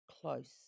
close